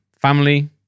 family